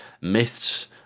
myths